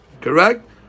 correct